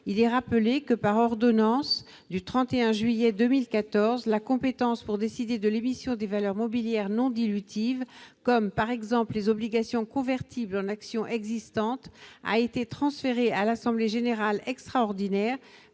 Il est rappelé que, par l'ordonnance du 31 juillet 2014, la compétence pour décider de l'émission de valeurs mobilières non dilutives, comme les obligations convertibles en actions existantes, a été transférée de l'assemblée générale extraordinaire